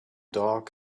dog